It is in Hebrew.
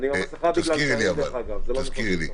תזכירי לי.